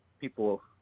people